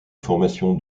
formation